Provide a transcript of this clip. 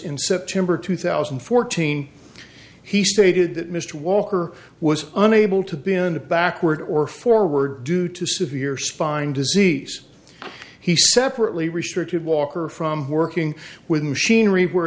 in september two thousand and fourteen he stated that mr walker was unable to been to backward or forward due to severe spine disease he separately restricted walker from working with machinery where